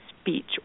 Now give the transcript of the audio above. speech